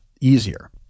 easier